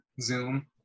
Zoom